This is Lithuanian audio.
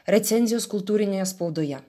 recenzijos kultūrinėje spaudoje